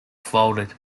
folded